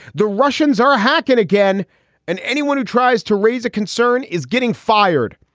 the russians are hacking again and anyone who tries to raise a concern is getting fired.